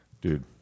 dude